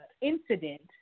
incident